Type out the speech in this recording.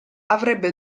avrebbe